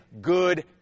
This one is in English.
good